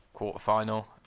quarter-final